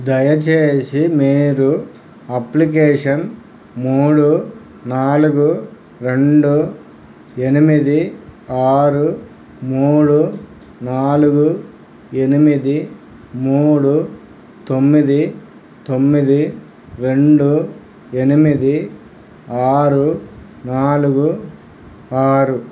దయచేసి మీరు అప్లికేషన్ మూడు నాలుగు రెండు ఎనిమిది ఆరు మూడు నాలుగు ఎనిమిది మూడు తొమ్మిది తొమ్మిది రెండు ఎనిమిది ఆరు నాలుగు ఆరు